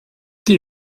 die